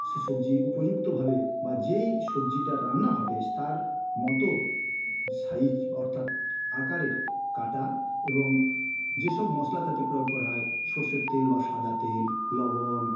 সে সবজি উপযুক্তভাবে বা যেই সবজিটা রান্না হবে তার মতো সাইজ অর্থাৎ আকারের কাটা এবং যেসব মশলা তাতে প্রয়োগ করা হয় সরষের তেল বা সাদা তেল লবণ